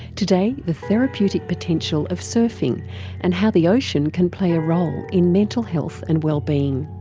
today the therapeutic potential of surfing and how the ocean can play a role in mental health and wellbeing.